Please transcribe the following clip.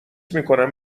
میکنم